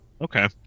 okay